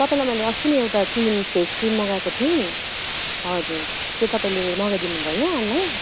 तपाईँलाई मैले अस्ति नै एउटा क्रिम फेस क्रिम मगाएको थिएँ नि हजुर त्यो तपाईँले मगाइदिनु भयो अनलाइन